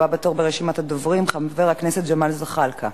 הבא בתור ברשימת הדוברים, חבר הכנסת ג'מאל זחאלקה.